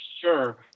Sure